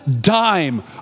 dime